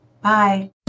Bye